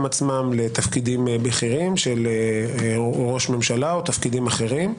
עצמם לתפקידים בכירים של ראש ממשלה או תפקידים אחרים,